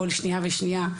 בכל שנייה ושנייה,